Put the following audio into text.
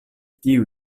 tiu